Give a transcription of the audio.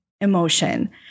emotion